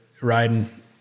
riding